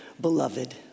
beloved